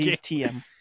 TM